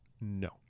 No